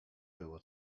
było